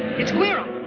it's guiron.